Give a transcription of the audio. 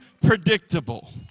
predictable